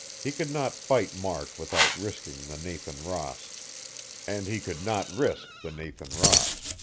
he could not fight mark without risking the nathan ross and he could not risk the nathan ross.